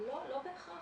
לא, לא בהכרח.